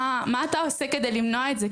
מה אתה עושה כדי למנוע את זה,